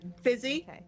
Fizzy